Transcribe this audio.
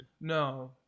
No